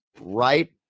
right